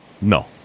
No